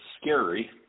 scary